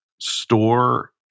store